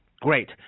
great